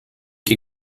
que